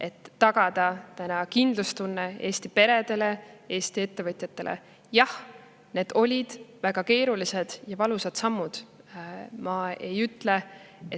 et tagada kindlustunne Eesti peredele, Eesti ettevõtjatele. Jah, need olid väga keerulised ja valusad sammud. Ma ei ütle, et